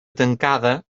tancada